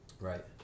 Right